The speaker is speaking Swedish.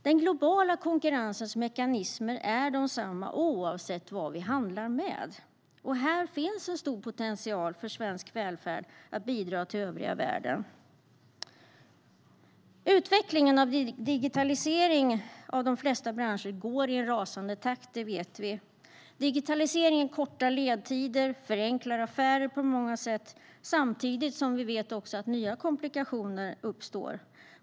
Den globala konkurrensens mekanismer är desamma oavsett vad vi handlar med. Här finns en stor potential för svensk välfärd att bidra till övriga världen. Utvecklingen av digitaliseringen av de flesta branscher går i en rasande takt. Digitaliseringen förkortar ledtider och förenklar affärer på många sätt. Samtidigt vet vi att nya komplikationer uppstår.